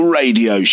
radio